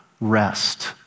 rest